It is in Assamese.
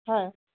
হয়